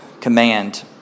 command